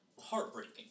Heartbreaking